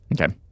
okay